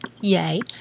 yay